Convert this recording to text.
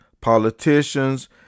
politicians